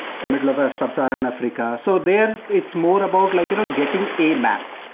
middle of of sub-saharan africa. so there, it's more about like you know getting a map.